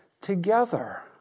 together